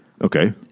Okay